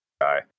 guy